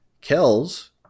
Kells